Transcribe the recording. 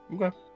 Okay